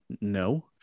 no